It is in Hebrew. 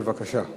בבקשה.